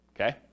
okay